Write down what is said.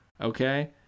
okay